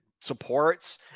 supports